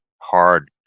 hard